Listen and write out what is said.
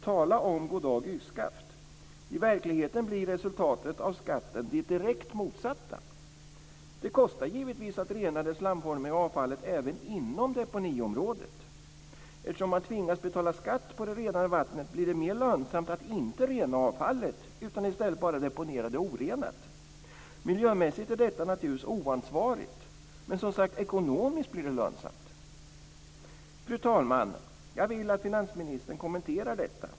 Tala om "Goddag Yxskaft"! I verkligheten blir resultatet av skatten det direkt motsatta. Det kostar givetvis att rena det slamformiga avfallet även inom deponiområdet. Eftersom man tvingas betala skatt på det renade vattnet, blir det mer lönsamt att inte rena avfallet utan i stället bara deponera det orenat. Miljömässigt är detta naturligtvis oansvarigt, men - som sagt - ekonomiskt blir det lönsamt! Fru talman! Jag vill att finansministern kommenterar detta.